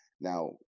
Now